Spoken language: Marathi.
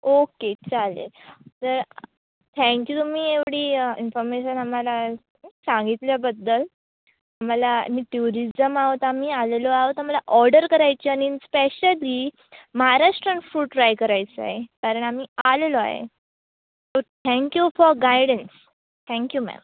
ओके चालेल तर थँक्यू तुम्ही एवढी इन्फॉमेशन आम्हाला सांगितल्याबद्दल आम्हाला मी टुरिजम आहोत आम्ही आलेलो आहोत आम्हाला ऑर्डर करायची आणि स्पेशली महाराष्ट्रन फ्रूड ट्राय करायचं आहे कारण आम्ही आलेलो आहे तो thank you for guidance thank you ma'am